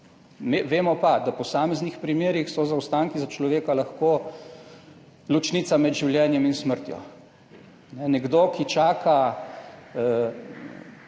Vemo pa, da v posameznih primerih so zaostanki za človeka lahko ločnica med življenjem in smrtjo. Nekdo, ki čaka